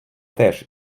теж